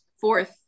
fourth